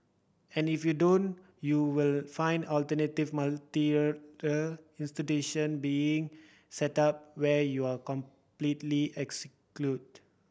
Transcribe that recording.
and if you don't you will find alternate institution being set up where you are completely excluded